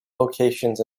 locations